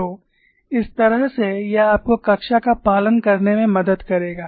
तो इस तरह से यह आपको कक्षा का पालन करने में मदद करेगा